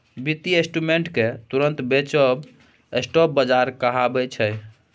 बित्तीय इंस्ट्रूमेंट केँ तुरंत बेचब स्पॉट बजार कहाबै छै